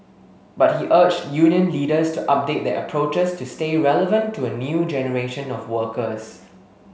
but he urged union leaders to update their approaches to stay relevant to a new generation of workers